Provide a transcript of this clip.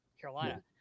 Carolina